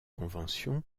conventions